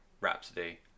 Rhapsody